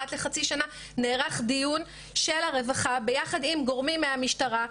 אחת לחצי שנה נערך דיון של הרווחה ביחד עם גורמים מהמשטרה,